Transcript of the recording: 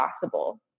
possible